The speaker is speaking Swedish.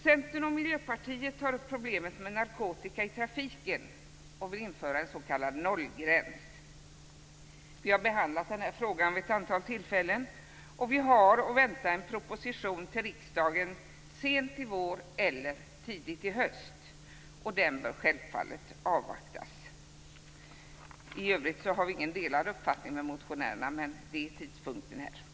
Centern och Miljöpartiet tar upp problemet med narkotika i trafiken och vill införa en s.k. nollgräns. Vi har behandlat den här frågan vid ett antal tillfällen. Vi har att vänta en proposition till riksdagen sent i vår eller tidigt i höst. Den bör självfallet avvaktas. I övrigt har vi ingen annan uppfattning än motionärerna, utan det är tidpunkten det gäller.